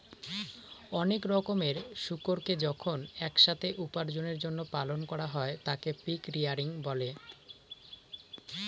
অনেক রকমের শুকুরকে যখন এক সাথে উপার্জনের জন্য পালন করা হয় তাকে পিগ রেয়ারিং বলে